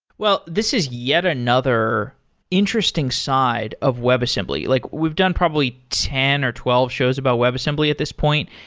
well, this is yet another interesting side of webassembly. like we've done probably ten or twelve shows about webassembly at this point.